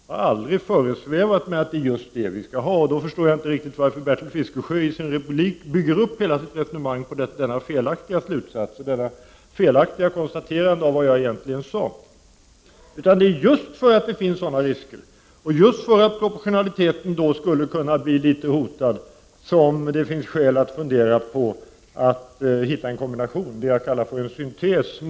Det har aldrig föresvävat mig att det är just det vi skall ha, och därför förstår jag inte varför Bertil Fiskesjö i sin replik bygger upp hela sitt resonemang på denna felaktiga slutsats och detta felaktiga konstaterande av vad jag egentligen sade. Det är just därför att det finns sådana risker och just därför att proportionaliteten skulle kunna bli hotad som det finns skäl att fundera på en kombination, det som jag kallar en syntes.